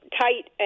tight